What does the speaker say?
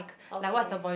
okay